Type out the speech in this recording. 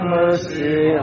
mercy